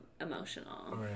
emotional